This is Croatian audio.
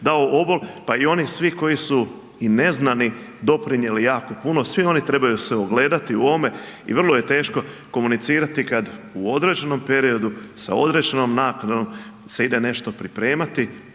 dao obol pa i oni svi koji su i neznani doprinijeli jako puno, svi oni trebaju se ogledati u ovome i vrlo je teško komunicirati kad u određenom periodu, sa određenom nakanom se ide nešto pripremati